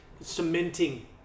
cementing